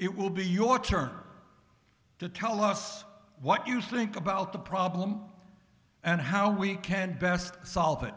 it will be your turn to tell us what you think about the problem and how we can best solve it